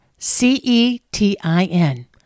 C-E-T-I-N